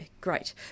great